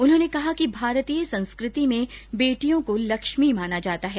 उन्होंने कहा कि भारतीय संस्कृति में बेटियों को लक्ष्मी माना जाता है